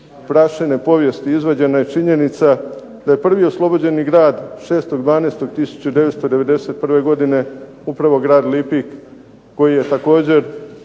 prašine povijesti izvađena je činjenica da je prvi oslobođeni grad 6.12.1991. godine upravo Grad Lipik koji je također